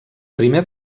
primer